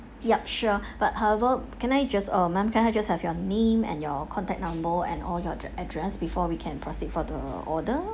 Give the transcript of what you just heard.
yup sure but however can I just err ma'am can I just have your name and your contact number and all your address before we can proceed for the order